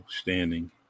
standing